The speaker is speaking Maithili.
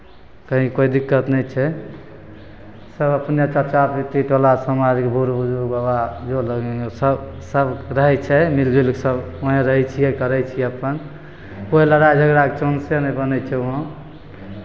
कहीँ कोइ दिक्कत नहि छै सभ अपने चाचा पित्ती टोला समाजके बूढ़ बुजुर्ग बाबा जो लोग हैँ सभ सभ रहै छै मिलि जुलि कऽ सभ वहीँ रहै छियै करै छियै अपन कोइ लड़ाइ झगड़ाके चांसे नहि बनै छै वहाँ